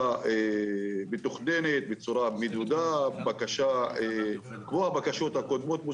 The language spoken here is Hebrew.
מתוכננת ומדודה כמו הבקשות הקודמות.